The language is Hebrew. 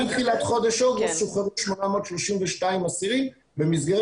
שמתחילת חודש אוגוסט שוחררו 832 אסירים במסגרת